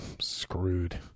screwed